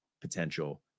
potential